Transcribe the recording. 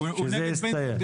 הוא נגד פנסיות בכלל.